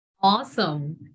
Awesome